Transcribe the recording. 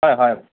হয় হয়